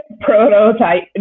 Prototype